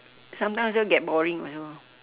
sometimes also get boring also